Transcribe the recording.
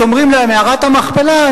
כשאומרים להם מערת המכפלה,